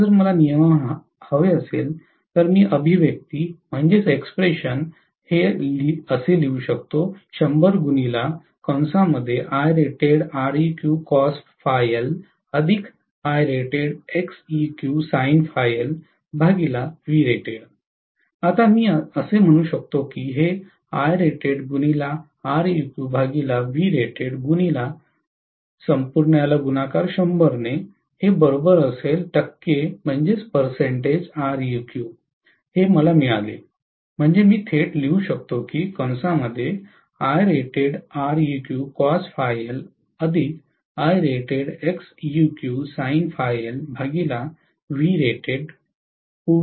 आता जर मला नियमन हवे असेल तर मी अभिव्यक्ति असे लिहू शकतो आता मी म्हणू शकतो की हे मला मिळाले म्हणजे मी थेट लिहू शकतो तेच आहे